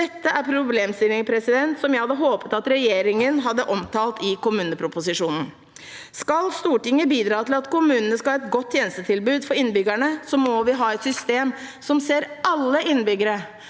2025 2024 stillinger jeg hadde håpet at regjeringen hadde omtalt i kommuneproposisjonen. Skal Stortinget bidra til at kommunene har et godt tjenestetilbud for innbyggerne, må vi ha et system som ser alle innbyggere.